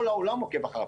כל העולם עוקב אחריו.